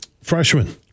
Freshman